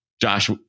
Josh